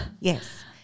yes